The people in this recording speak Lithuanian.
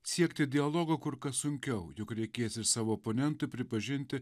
siekti dialogo kur kas sunkiau juk reikės ir savo oponentui pripažinti